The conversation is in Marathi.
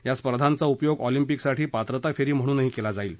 या स्पर्धांचा उपयोग ऑलिम्पिकसाठी पात्रताफेरी म्हणूनही केला जाईल